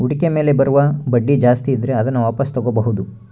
ಹೂಡಿಕೆ ಮೇಲೆ ಬರುವ ಬಡ್ಡಿ ಜಾಸ್ತಿ ಇದ್ರೆ ಅದನ್ನ ವಾಪಾಸ್ ತೊಗೋಬಾಹುದು